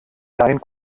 dein